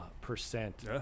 percent